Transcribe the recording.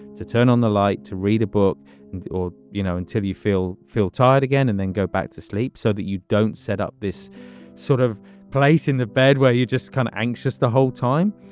to turn on the light, to read a book or, you know, until you feel feel tired again and then go back to sleep so that you don't set up this sort of place in the bed where you just kind of anxious the whole time.